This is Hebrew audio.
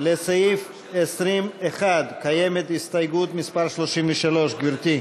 לסעיף 20(1) קיימת הסתייגות מס' 33. גברתי.